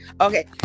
Okay